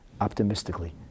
optimistically